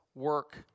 work